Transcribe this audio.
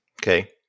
Okay